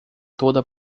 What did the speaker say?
toda